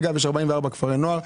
יש 44 כפרי נוער,